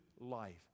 life